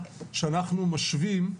שאנחנו משווים.